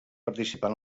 participar